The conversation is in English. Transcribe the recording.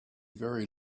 very